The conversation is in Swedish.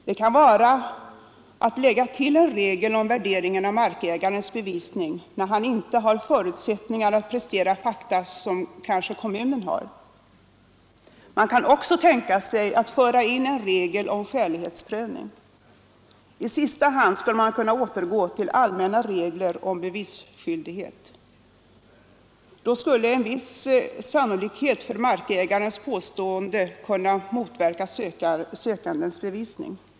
Det kan vara att lägga till en regel om värderingen av markägarens bevisning när han inte har sådana förutsättningar att prestera fakta som kommunen kanske har. Man kan också tänka sig att föra in en regel om skälighetsprövning. I sista hand skulle man kunna återgå till allmänna regler om bevisskyldighet. Då skulle en viss sannolikhet för markägarens påstående kunna motverka sökandens bevisning.